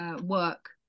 work